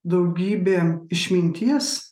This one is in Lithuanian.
daugybė išminties